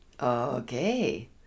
Okay